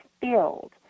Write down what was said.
filled